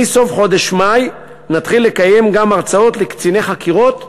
מחודש מאי נתחיל לקיים גם הרצאות לקציני חקירות ולחוקרים.